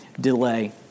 delay